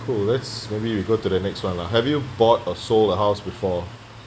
cool let's maybe we go to the next one lah have you bought or sold a house before